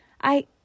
I